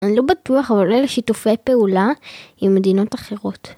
אני לא בטוח אבל אלה שיתופי פעולה עם מדינות אחרות.